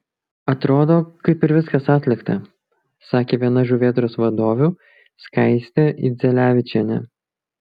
atrodo kaip ir viskas atlikta sakė viena žuvėdros vadovių skaistė idzelevičienė